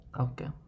Okay